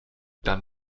dann